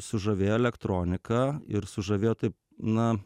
sužavėjo elektronika ir sužavėjo taip na